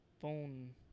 Phone